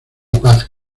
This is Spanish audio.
paz